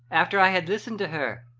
after i had listened to her,